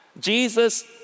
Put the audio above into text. Jesus